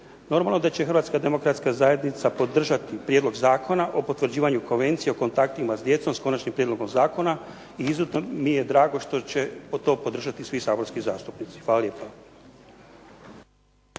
Normalno da će Hrvatska demokratska zajednica podržati Prijedlog zakona o potvrđivanju konvencije o kontaktima s djecom s Konačnim prijedlogom zakona i izuzetno mi je drago što će to podržati svi saborski zastupnici. Hvala lijepa.